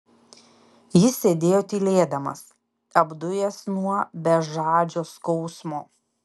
jis sėdėjo tylėdamas apdujęs nuo bežadžio skausmo